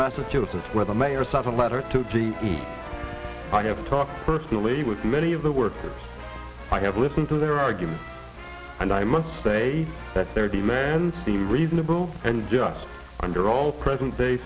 massachusetts where the mayor suttle letter to g i have talked personally with many of the workers i have listened to their argument and i must say that their demands be reasonable and just under all present day